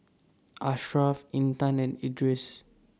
Ashraff Intan and Idris